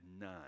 none